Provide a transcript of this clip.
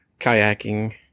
kayaking